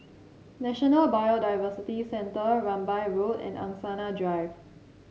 National Biodiversity Centre Rambai Road and Angsana Drive